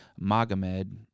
Magomed